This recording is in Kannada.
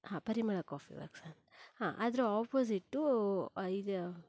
ಹಾ ಪರಿಮಳ ಕಾಫೀ ವರ್ಕ್ಸ್ ಹಾ ಅದರ ಅಪೋಸಿಟ್ಟು ಇದು